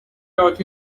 torch